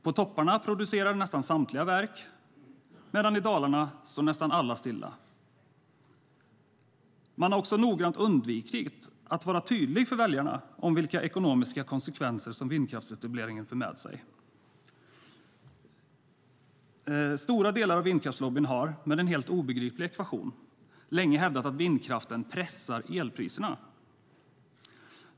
På topparna producerar nästan samtliga verk, medan nästan samtliga står stilla i dalarna. Man har också noggrant undvikit att vara tydlig för väljarna om vilka ekonomiska konsekvenser som vindkraftsetableringen för med sig. Stora delar av vindkraftslobbyn har, med en helt obegriplig ekvation, länge hävdat att vindkraften pressar elpriserna.